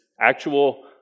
actual